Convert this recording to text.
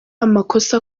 amakosa